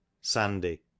sandy